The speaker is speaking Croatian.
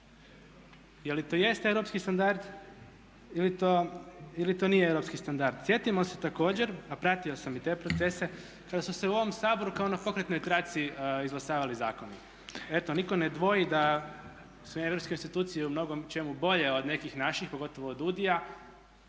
Je li to jest europski standard ili to nije europski standard? Sjetimo se također, a pratio sam i te procese kada su se u ovom Saboru kao na pokretnoj traci izglasavali zakoni. Eto nitko ne dvoji da su europske institucije u mnogo čemu bolje od nekih naših, pogotovo od DUUDI-a